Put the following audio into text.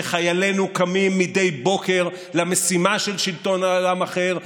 שחיילינו קמים מדי בוקר למשימה של שלטון על עם אחר.